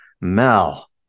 Mel